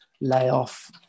layoff